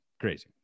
crazy